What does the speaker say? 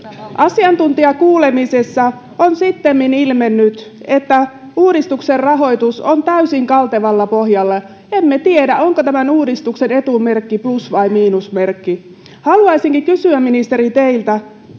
asiantuntijakuulemisessa on sittemmin ilmennyt että uudistuksen rahoitus on täysin kaltevalla pohjalla emme tiedä onko tämän uudistuksen etumerkki plus vai miinusmerkki haluaisinkin kysyä ministeri teiltä